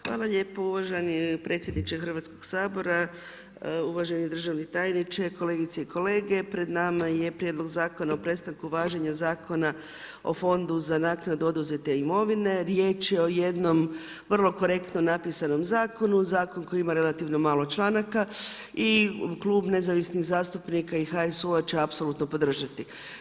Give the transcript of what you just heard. Hvala lijepa uvaženi predsjedniče Hrvatskog sabora, Uvaženi državni tajniče, kolegice i kolege, pred nama je Prijedlog Zakona o prestanu važenja Zakona o fondu za naknadu oduzete imovine, riječ je o jednom vrlo korektno napisanom zakonu, zakon koji ima relativno malo članaka, i Klub nezavisnih zastupnika i HSU-a će apsolutno podržati.